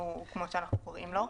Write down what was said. ואנחנו צריכים לקבל עליהן